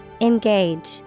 Engage